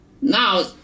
Now